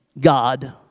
God